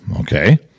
Okay